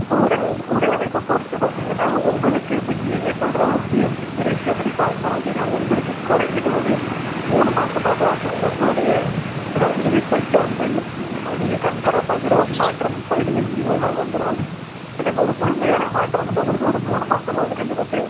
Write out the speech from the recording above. இப்போது உடல் உடல் அமைப்பை பொருத்து பார்த்தீங்கனா உங்களுக்கு இப்போ நீங்கள் சொல்கிற ஒரு பிஎம்ஐ ரேஷியோபடி பார்த்தோம் அப்படினா உங்களுக்கு குறஞ்சது ஒரு மூணு மாதமாவது ஆகும் உங்களுடைய அதாவது ரிசல்ட் வந்து நீங்கள் கண்கூடாக பார்க்குற மாற்றம் பதினஞ்சுலேருந்து இருபது நாள் வந்துடும் பட் அந்த ஒரு முழுமையான மாற்றம் வந்து உங்களுக்கு ஒரு மூணு மாதமாவது கண்டிப்பாக தேவைப்படும்